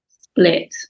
split